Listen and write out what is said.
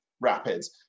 rapids